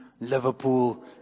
Liverpool